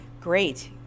great